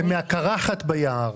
זה מהקרחת ביער.